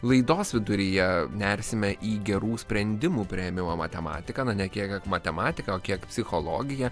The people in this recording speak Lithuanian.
laidos viduryje nersime į gerų sprendimų priėmimo matematiką ne kiek kiek matematiką kiek psichologiją